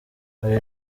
hari